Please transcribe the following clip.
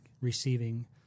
receiving